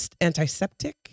Antiseptic